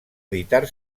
editar